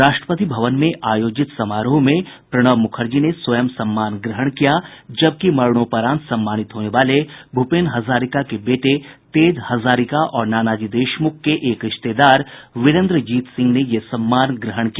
राष्ट्रपति भवन में आयोजित समारोह में प्रणब मूखर्जी ने स्वयं सम्मान ग्रहण किया जबकि मरणोपरांत सम्मानित होने वाले भूपेन हजारिका के बेटे तेज हजारिका और नानाजी देशमूख के एक रिश्तेदार वीरेन्द्र जीत सिंह ने ये सम्मान ग्रहण किया